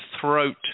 throat